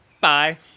Bye